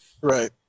Right